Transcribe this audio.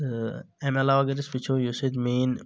تہٕ امہِ علاوٕ اگر أسۍ وٕچھو یہِ یُس ییٚتہِ مین